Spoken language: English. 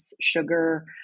sugar